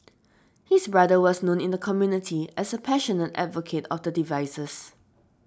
his brother was known in the community as a passionate advocate of the devices